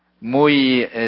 muy